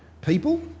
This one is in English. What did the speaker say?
people